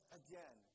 again